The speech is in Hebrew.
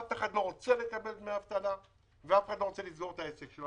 אף אחד לא רוצה לקבל דמי אבטלה ואף אחד לא רוצה לסגור את העסק הזה.